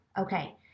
Okay